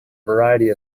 variety